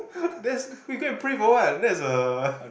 that's you go and put it for what that's a